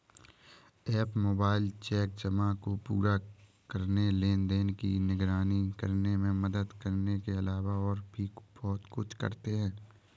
app mobile check जमा को पूरा करने, लेनदेन की निगरानी करने में मदद करने के अलावा और भी बहुत कुछ करते हैं